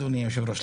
אדוני היושב-ראש,